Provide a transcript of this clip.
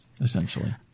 essentially